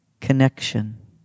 connection